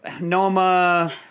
Noma